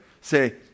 say